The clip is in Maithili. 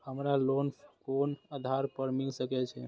हमरा लोन कोन आधार पर मिल सके छे?